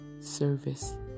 Service